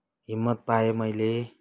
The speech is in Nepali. हिम्मत पाएँ मैले